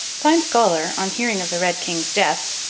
fine-scholar, on hearing of the red king's death,